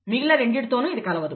మిగిలిన రెండింటితోనూ ఇది కలవదు